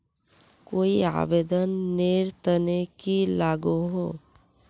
कोई आवेदन नेर तने की लागोहो?